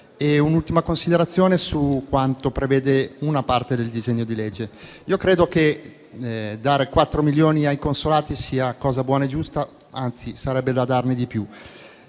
un'ultima considerazione su quanto prevede una parte del disegno di legge. Credo che dare quattro milioni ai consolati sia cosa buona e giusta, anzi sarebbe da darne di più.